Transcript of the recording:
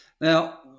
Now